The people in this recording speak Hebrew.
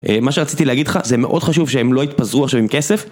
אה, מה שרציתי להגיד לך זה מאוד חשוב שהם לא יתפזרו עכשיו עם כסף